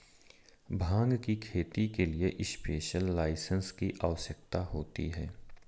भांग की खेती के लिए स्पेशल लाइसेंस की आवश्यकता होती है